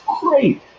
great